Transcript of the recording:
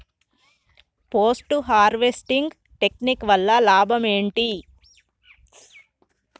Post harvesting technique వల్ల లాభం ఏంటి?